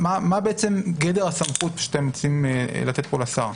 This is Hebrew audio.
מהי בעצם גדר הסמכות שאתם רוצים לתת פה לשר?